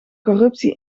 corruptie